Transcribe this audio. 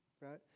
right